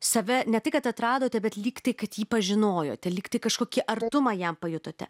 save ne tai kad atradote bet lygtai kad jį pažinojote lygtai kažkokį artumą jam pajutote